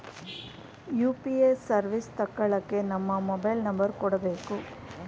UPA service ತಕ್ಕಳ್ಳಕ್ಕೇ ನಮ್ಮ mobile number ಕೊಡಬೇಕು